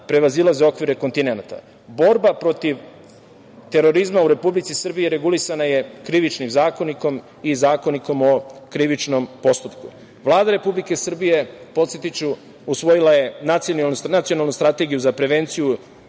prevazilaze okvire kontinenata. Borba protiv terorizma u Republici Srbiji regulisana je Krivičnim zakonikom i Zakonikom o krivičnom postupku. Vlada Republike Srbije, podsetiću, usvojila je Nacionalnu strategiju za prevenciju